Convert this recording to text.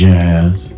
Jazz